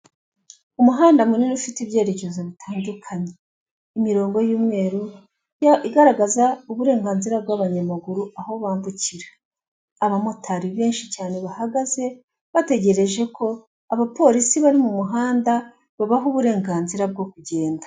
Umuhanda munini ufite ibyerekezo bitandukanye imirongo y'umweru igaragaza uburenganzira bw'abanyamaguru aho bambukira, abamotari benshi cyane bahagaze bategereje ko abapolisi bari mu muhanda babaha uburenganzira bwo kugenda.